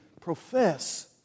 profess